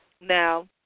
Now